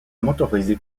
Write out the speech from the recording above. motorisée